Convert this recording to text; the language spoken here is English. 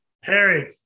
Harry